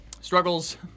struggles